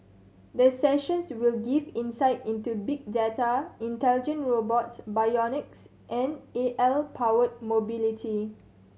the sessions will give insight into big data intelligent robots bionics and A I powered mobility